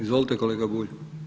Izvolite, kolega Bulj.